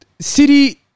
City